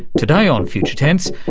today on future tense,